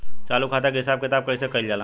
चालू खाता के हिसाब किताब कइसे कइल जाला?